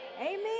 Amen